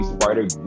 Spider